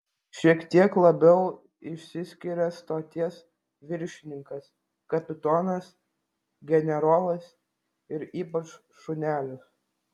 šiek tiek labiau išsiskiria stoties viršininkas kapitonas generolas ir ypač šunelis